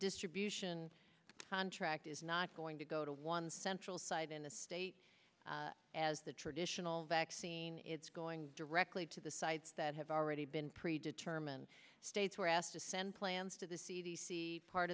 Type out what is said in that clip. distribution contract is not going to go to one central site in the state as the tradition vaccine it's going directly to the sites that have already been pre determined states were asked to send plans to the c d c part